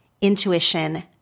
intuition